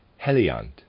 Heliant